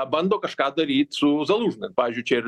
bando kažką daryt su zalužnu pavyzdžiui čia ir